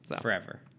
forever